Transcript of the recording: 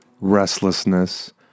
restlessness